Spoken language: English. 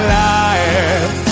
life